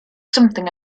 something